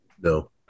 no